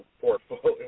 portfolio